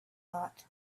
thought